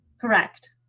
Correct